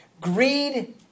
Greed